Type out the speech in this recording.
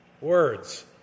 words